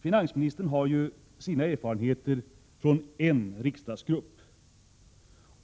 Finansministern har ju sina erfarenheter från en riksdagsgrupp.